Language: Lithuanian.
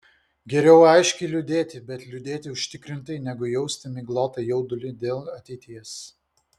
geriau aiškiai liūdėti bet liūdėti užtikrintai negu jausti miglotą jaudulį dėl ateities